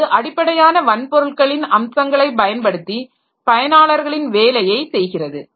அது அடிப்படையான வன்பொருள்களின் அம்சங்களை பயன்படுத்தி பயனாளர்களின் வேலையை செய்கிறது